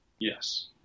Yes